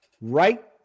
right